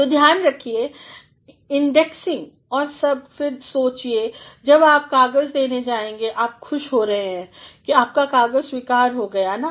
तो ध्यान रखिए इंडेक्सिंग और सब और फिर सोचिए जब आप कागज़ देने जाएंगे और आप खुश हो रहे हैं कि आपका कागज़ स्वीकार हो गया है ना